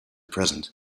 present